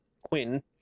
Quinn